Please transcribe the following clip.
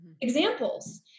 examples